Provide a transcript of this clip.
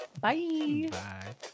bye